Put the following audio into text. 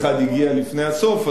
אחד הגיע לפני הסוף.